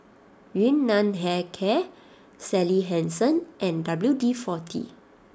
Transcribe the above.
Yun Nam Hair Care Sally Hansen and W D forty